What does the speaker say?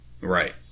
Right